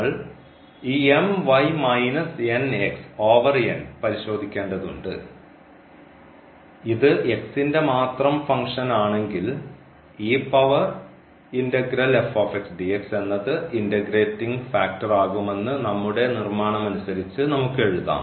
നമ്മൾ ഈ പരിശോധിക്കേണ്ടതുണ്ട് ഇത് ന്റെ മാത്രം ഫംഗ്ഷൻ ആണെങ്കിൽ എന്നത് ഇൻറഗ്രേറ്റിംഗ് ഫാക്ടർ ആകുമെന്ന് നമ്മുടെ നിർമ്മാണമനുസരിച്ച് നമുക്ക് എഴുതാം